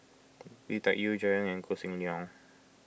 Lui Tuck Yew Jerry Ng Koh Seng Leong